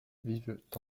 vivent